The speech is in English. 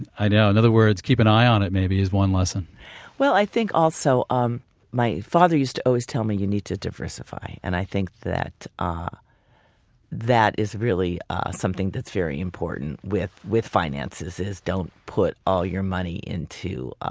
and i know. in other words, keep an eye on it maybe is one lesson well i think also, um my father used to always tell me you need to diversify. and i think that ah that is really something that's very important with with finances, is don't put all your money into